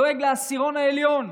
דואג לעשירון העליון.